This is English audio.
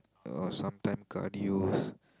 or sometime cardio's